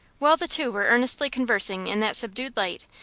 while the two were earnestly conversing in that subdued light,